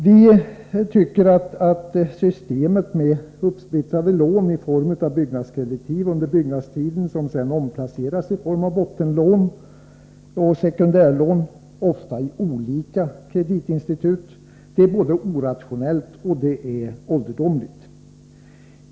Vi tycker att systemet med uppsplittrade lån i form av byggnadskreditiv under byggnadstiden som sedan omplaceras i form av bottenlån och sekundärlån — ofta i olika kreditinstitut — är både orationellt och ålderdomligt.